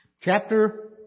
chapter